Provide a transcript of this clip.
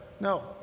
No